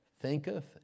thinketh